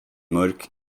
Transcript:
mörk